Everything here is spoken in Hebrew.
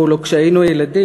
שכך קראו לו כשהיינו ילדים,